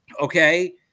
okay